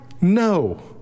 No